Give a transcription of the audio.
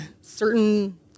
certain